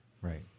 Right